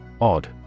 Odd